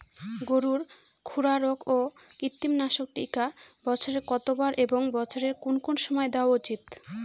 গরুর খুরা রোগ ও কৃমিনাশক টিকা বছরে কতবার এবং বছরের কোন কোন সময় দেওয়া উচিৎ?